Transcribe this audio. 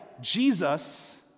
Jesus